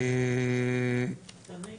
כן,